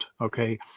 Okay